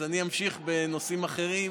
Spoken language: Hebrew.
אז אני אמשיך בנושאים אחרים